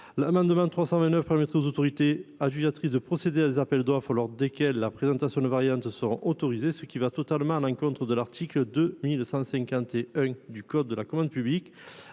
l'amendement n° 329 rectifié permettrait aux autorités adjudicatrices de procéder à des appels d'offres lors desquels la présentation de variantes serait autorisée, ce qui va totalement à l'encontre de l'article L. 2151-1 du code de la commande publique.